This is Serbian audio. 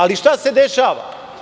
Ali, šta se dešava?